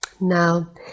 Now